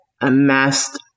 amassed